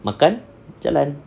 makan jalan